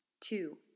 Two